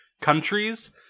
countries